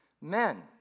men